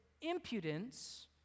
impudence